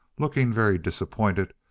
looking very disappointed,